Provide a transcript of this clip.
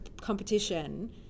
competition